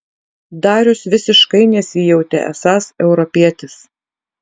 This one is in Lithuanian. darius visiškai nesijautė esąs europietis